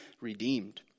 redeemed